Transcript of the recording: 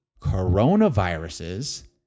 coronaviruses